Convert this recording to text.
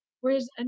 Whereas